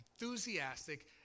enthusiastic